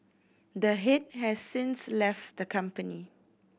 the head has since left the company